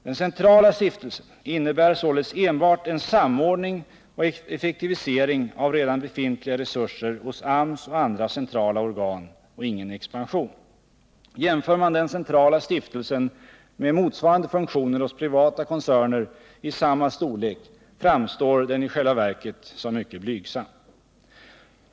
Den centrala stiftelsen innebär således enbart en samordning och effektivisering av redan befintliga resurser hos AMS och andra centrala organ, inte någon expansion. Jämför man den centrala stiftelsen med motsvarande funktioner hos privata koncerner i samma storlek framstår den i själva verket som mycket blygsam.